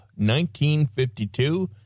1952